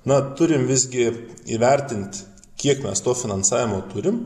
na turim visgi įvertint kiek mes to finansavimo turim